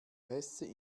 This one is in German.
pässe